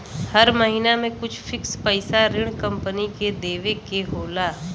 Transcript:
हर महिना में कुछ फिक्स पइसा ऋण कम्पनी के देवे के होला